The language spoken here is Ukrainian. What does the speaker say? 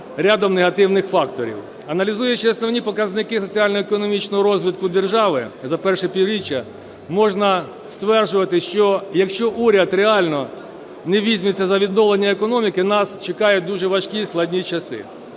рядом негативних факторів. Аналізуючи основні показники соціально економічного розвитку держави за перше півріччя, можна стверджувати, що якщо уряд реально не візьметься за відновлення економіки, нас чекають дуже важкі і складні часи.